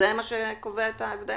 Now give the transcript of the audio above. זה מה שקובע את ההבדל?